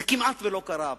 זה כמעט לא קרה הפעם,